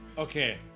Okay